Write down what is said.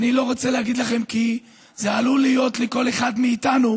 אני לא רוצה להגיד לכם כי זה עלול להיות לכל אחד מאיתנו